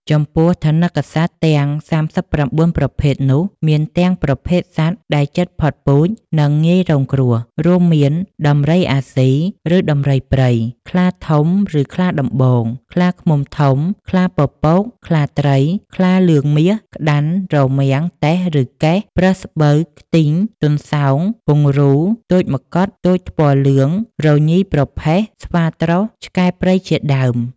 ចំពោះថនិកសត្វទាំង ៣៩ ប្រភេទនោះ មានទាំងប្រភេទសត្វដែលជិតផុតពូជ និងងាយរងគ្រោះ រួមមាន ដំរីអាស៊ី ឬដំរីព្រៃ ខ្លាធំ ឬខ្លាដំបង ខ្លាឃ្មុំធំ ខ្លាពពក ខ្លាត្រី ខ្លាលឿងមាស ក្តាន់ រមាំង តេះ ឬកែះ ប្រើសស្បូវ ខ្ទីង ទន្សោង ពង្រូល ទោចម្កុដ ទោចថ្ពាល់លឿង រញីប្រផេះ ស្វាត្រោស ឆ្កែព្រៃជាដើម។